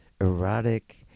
erotic